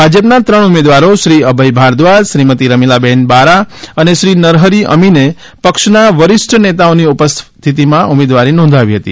ભાજપના ત્રણ ઉમેદવારો શ્રી અભય ભારદ્વાજ શ્રીમતિ રમીલાબહેન બારા અને શ્રી નરહરિ અમીને પક્ષના વરિષ્ઠ નેતાઓની ઉપસ્થિતિમાં ઉમેદવારી નોંધાવી હતી